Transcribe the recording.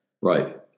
Right